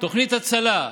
הצלה כזאת,